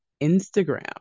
Instagram